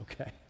okay